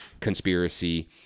conspiracy